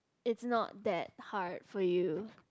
it's not that hard for you